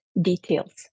details